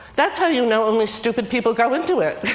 that's how you know only stupid people go into it.